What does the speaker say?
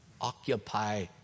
occupy